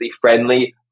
friendly